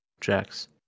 Jax